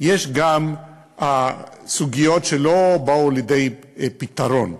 יש גם סוגיות שלא באו לידי פתרון.